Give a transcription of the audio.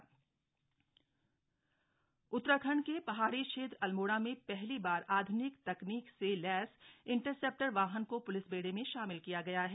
interceptor car Uttarakhand के पहाड़ी क्षेत्र अल्मोड़ा में पहली बार आध्निक तकनीक से लैस इंटरसेप्टर वाहन को प्लिस बेड़े में शामिल किया गया है